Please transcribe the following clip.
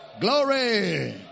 Glory